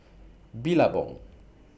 Billabong